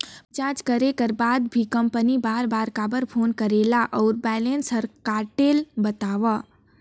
Phone recharge करे कर बाद भी कंपनी बार बार काबर फोन करेला और बैलेंस ल काटेल बतावव?